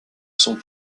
sont